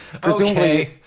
presumably